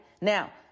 Now